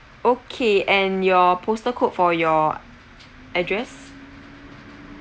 okay and your postal code for your address